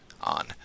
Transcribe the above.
on